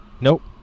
Nope